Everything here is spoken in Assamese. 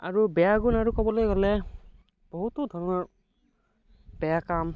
আৰু বেয়া গুণ আৰু ক'বলৈ গ'লে বহুতো ধৰণৰ বেয়া কাম